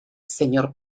señor